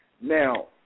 Now